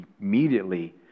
immediately